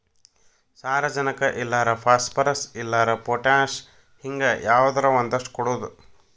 ಸಾರಜನಕ ಇಲ್ಲಾರ ಪಾಸ್ಪರಸ್, ಇಲ್ಲಾರ ಪೊಟ್ಯಾಶ ಹಿಂಗ ಯಾವದರ ಒಂದಷ್ಟ ಕೊಡುದು